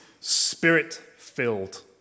spirit-filled